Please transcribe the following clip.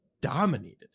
dominated